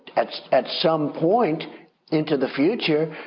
at at some point into the future,